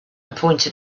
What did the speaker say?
pointed